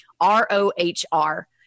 R-O-H-R